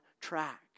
track